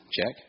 check